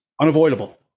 unavoidable